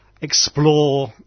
explore